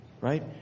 right